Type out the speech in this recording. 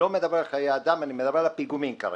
לא מדבר על חיי אדם, אני מדבר על הפיגומים כרגע.